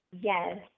Yes